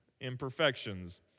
imperfections